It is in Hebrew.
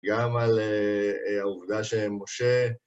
גם על העובדה שמשה.